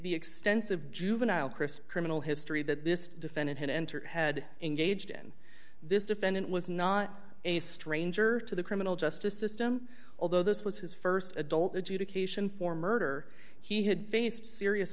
the extensive juvenile crisp criminal history that this defendant had entered had engaged in this defendant was not a stranger to the criminal justice system although this was his st adult adjudication for murder he had faced serious